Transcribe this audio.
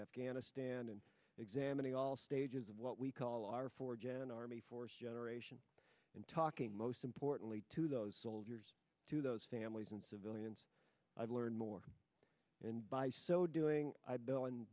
afghanistan and examining all stages of what we call our four gen army force generation and talking most importantly to those soldiers to those families and civilians i've learned more and by so doing i bill in